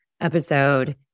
episode